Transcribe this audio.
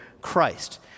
Christ